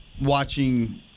watching